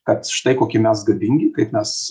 kad štai kokie mes galingi kaip mes